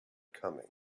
coming